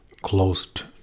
closed